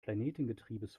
planetengetriebes